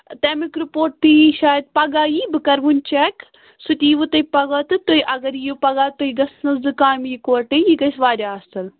تٔمیُک رِپورٹ تہِ یی شایَد پگاہ یی بہٕ کَرٕ ؤنۍ چیک سُتہِ یِیٖوٕ تۄہہِ پگاہ تہٕ تُہۍ اَگر یِیُو پگاہ تۄہہِ گژھنَو زٕ کامہِ یَکوَٹٕے یہِ گژھِ واریاہ اَصٕل